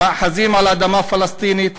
מאחזים על אדמה פלסטינית,